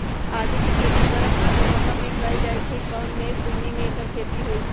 आदिके खेती गरम आर्द्र मौसम में कएल जाइ छइ कम मेघ बून्नी में ऐकर खेती होई छै